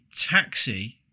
taxi